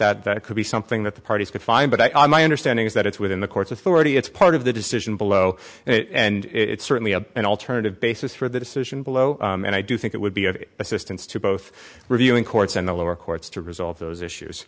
not that could be something that the parties could find but i my understanding is that it's within the court's authority it's part of the decision below it and it's certainly a an alternative basis for the decision below and i do think it would be of assistance to both reviewing courts and the lower courts to resolve those issues